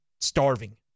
starving